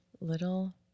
little